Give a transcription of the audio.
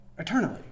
Eternally